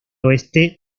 oeste